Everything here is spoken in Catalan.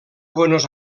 buenos